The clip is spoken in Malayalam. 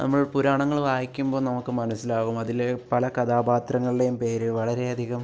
നമ്മൾ പുരാണങ്ങൾ വായിക്കുമ്പോൾ നമുക്ക് മനസ്സിലാകും അതിലെ പല കഥാപാത്രങ്ങളുടെയും പേര് വളരെയധികം